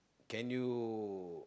can you